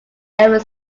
ever